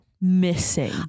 missing